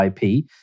IP